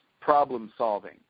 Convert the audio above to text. problem-solving